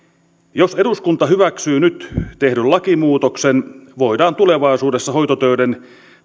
jos eduskunta hyväksyy nyt tehdyn lakimuutoksen voidaan tulevaisuudessa hoitotöiden